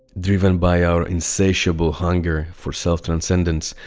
driven by our insatiable hunger for self-transcendence,